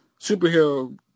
superhero